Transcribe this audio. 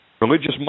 Religious